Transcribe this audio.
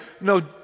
No